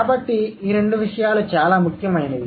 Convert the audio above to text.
కాబట్టి ఈ రెండు విషయాలు చాలా ముఖ్యమైనవి